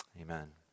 Amen